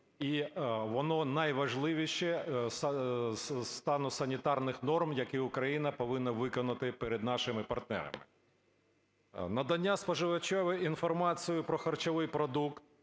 І воно найважливіше з стану санітарних норм, які Україна повинна виконати перед нашими партнерами. Надання споживачеві інформації про харчовий продукт